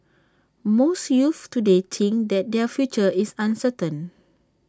most youths today think that their future is uncertain